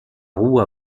roue